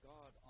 God